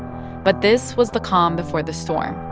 but this was the calm before the storm.